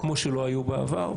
כמו שלא הייתה בעבר,